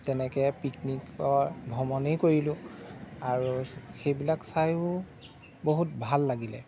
তেনেকৈ পিকনিকৰ ভ্ৰমণেই কৰিলোঁ আৰু সেইবিলাক চায়ো বহুত ভাল লাগিলে